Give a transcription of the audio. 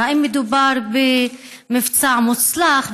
האם מדובר במבצע מוצלח,